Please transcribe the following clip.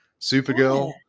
Supergirl